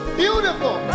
beautiful